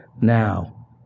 now